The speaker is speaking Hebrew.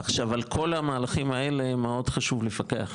עכשיו על כל המהלכים האלה חשוב מאוד לפקח